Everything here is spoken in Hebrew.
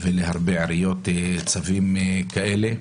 ולהרבה עיריות צווים כאלה.